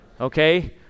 Okay